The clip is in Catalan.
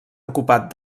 ocupat